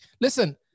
Listen